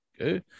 Okay